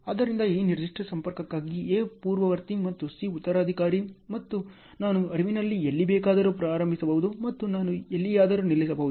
ಆದ್ದರಿಂದ ಈ ನಿರ್ದಿಷ್ಟ ಸಂಪರ್ಕಕ್ಕಾಗಿ A ಪೂರ್ವವರ್ತಿ ಮತ್ತು C ಉತ್ತರಾಧಿಕಾರಿ ಮತ್ತು ನಾನು ಹರಿವಿನಲ್ಲಿ ಎಲ್ಲಿ ಬೇಕಾದರೂ ಪ್ರಾರಂಭಿಸಬಹುದು ಮತ್ತು ನಾನು ಎಲ್ಲಿಯಾದರೂ ನಿಲ್ಲಿಸಬಹುದು